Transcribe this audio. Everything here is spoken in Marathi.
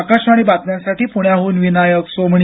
आकाशवाणी बातम्यांसाठी पुण्याहून विनायक सोमणी